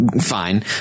fine